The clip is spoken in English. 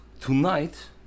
tonight